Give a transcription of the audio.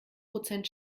prozent